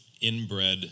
inbred